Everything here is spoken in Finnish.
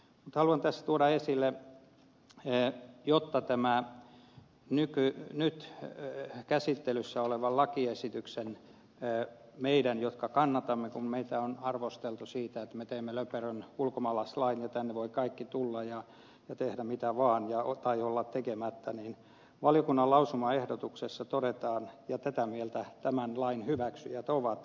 haluan tässä tuoda esille nyt käsittelyssä olevasta lakiesityksestä kun meitä jotka kannatamme on arvosteltu siitä että me teemme löperön ulkomaalaislain ja tänne voivat kaikki tulla ja tehdä mitä vaan tai olla tekemättä että valiokunnan lausumaehdotuksessa todetaan ja tätä mieltä tämän lain hyväksyjät ovat